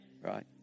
Right